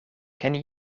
ken